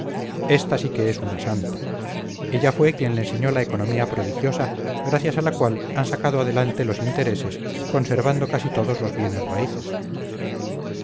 esta sí que es una santa ella fue quien le enseñó la economía prodigiosa gracias a la cual han sacado adelante los intereses conservando casi todos los bienes raíces